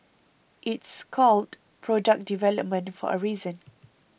it's called product development for a reason